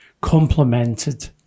complemented